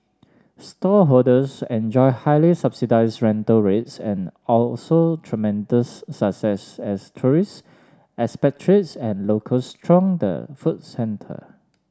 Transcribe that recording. stallholders enjoyed highly subsidized rental rates and tremendous success as tourists expatriates and locals thronged the food center